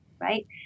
right